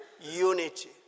Unity